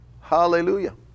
Hallelujah